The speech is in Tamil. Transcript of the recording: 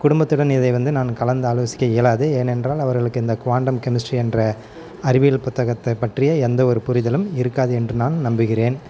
குடும்பத்துடன் இதே வந்து நான் கலந்து ஆலோசிக்க இயலாது ஏனென்றால் அவர்களுக்கு இந்த குவாண்டம் கெமிஸ்ட்ரி என்ற அறிவியல் புத்தகத்தை பற்றியே எந்த ஒரு புரிதலும் இருக்காது என்று நான் நம்புகிறேன்